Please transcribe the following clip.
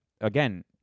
again